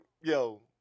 yo